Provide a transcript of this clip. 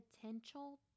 potential